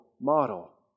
model